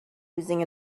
using